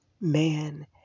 Man